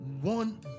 One